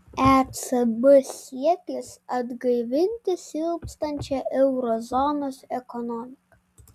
ecb siekis atgaivinti silpstančią euro zonos ekonomiką